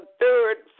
third